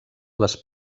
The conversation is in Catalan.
les